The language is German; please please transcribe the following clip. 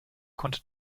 konnte